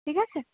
ঠিক আছে